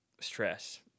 stress